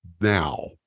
now